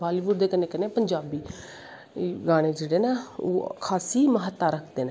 Bollywood दे कन्नै कन्नै पंजाबी गानें जेह्ड़े न ओह् खास्सी मह्ता रखदे नै